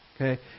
Okay